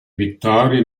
vittorie